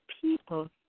people